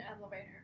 elevator